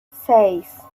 seis